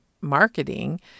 marketing